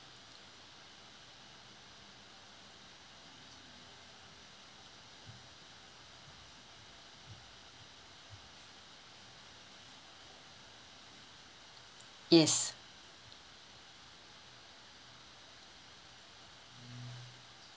yes